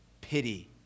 pity